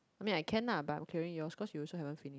I mean I can lah but I'm clearing yours cause you also haven't finish